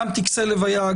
גם טקסי לוויה,